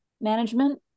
management